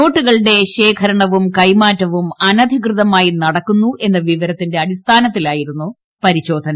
നോട്ടുകളുടെ ശേഖരണവും കൈമാറ്റവും അനധികൃതമായി നടക്കുന്നു എന്ന വിവരത്തിന്റെ അടിസ്ഥാനത്തിലായിരുന്നു പരിശോധന